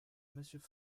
monsieur